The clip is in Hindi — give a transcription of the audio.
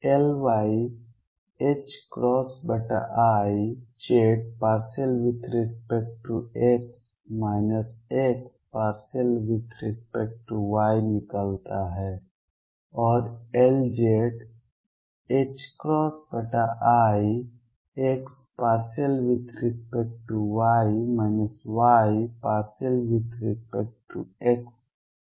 Ly i z∂x x∂y निकलता है और Lz i x∂y y∂x निकलता है